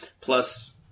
plus